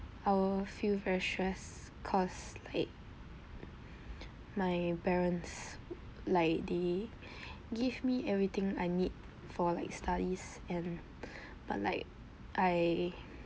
I will feel very stress cause like my parents like they give me everything I need for like studies and but like I